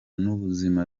n’ubuzima